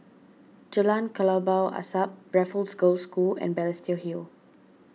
Jalan Kelabu Asap Raffles Girls' School and Balestier Hill